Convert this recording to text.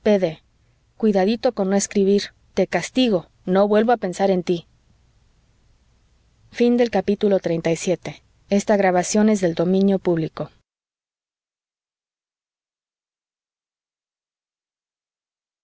cuidadito con no escribir te castigo no vuelvo a pensar en tí